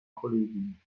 kollegin